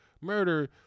murder